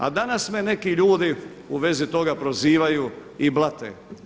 A danas me neki ljudi u vezi toga prozivaju i blate.